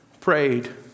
prayed